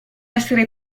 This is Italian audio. essere